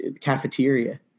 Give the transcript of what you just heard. cafeteria